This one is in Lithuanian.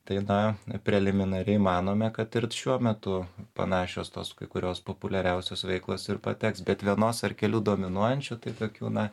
tai na preliminariai manome kad ir šiuo metu panašios tos kai kurios populiariausios veiklos ir pateks bet vienos ar kelių dominuojančių tai tokių na